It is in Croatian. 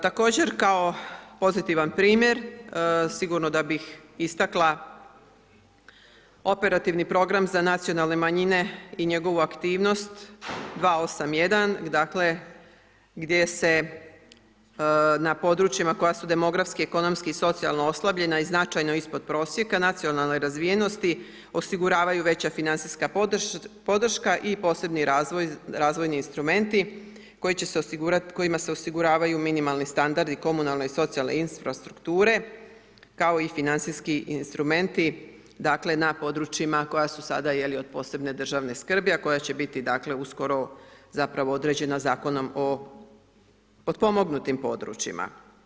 Također kao pozitivan primjer sigurno da bih istakla operativni program za nacionalne manjine i njegovu aktivnost 281 dakle gdje se na područjima koja su demografski, ekonomski i socijalno oslabljena i značajno ispod prosjeka nacionalne razvijenosti osiguravaju veća financijska podrška i posebni razvoj, razvojni instrumenti kojima se osiguravaju minimalni standardi, komunalne i socijalne infrastrukture kao i financijski instrumenti, dakle na područjima koja su sada od posebne državne skrbi a koja će biti dakle uskoro zapravo određena Zakonom o potpomognutim područjima.